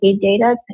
data